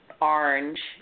orange